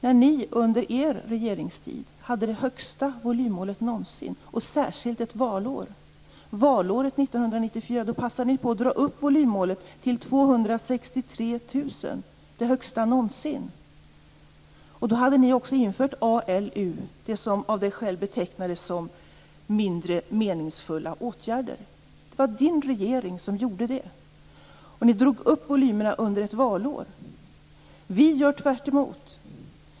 Ni hade ju under er regeringstid det högsta volymmålet någonsin, detta särskilt under valåret 1994, då ni passade på att dra upp volymmålet till 263 000, det högsta någonsin. Då hade ni också infört ALU, det som Per Unckel själv betecknade som "mindre meningsfulla åtgärder". Det var Per Unckels regering som gjorde det. Ni drog upp volymerna under ett valår. Vi gör tvärtemot.